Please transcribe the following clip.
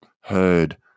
heard